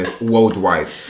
worldwide